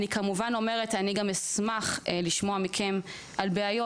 אני כמובן אומרת, אני גם אשמח לשמוע מכם על בעיות.